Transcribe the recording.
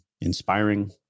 inspiring